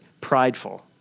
prideful